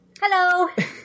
Hello